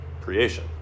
creation